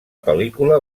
pel·lícula